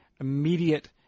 immediate